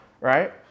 right